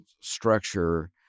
structure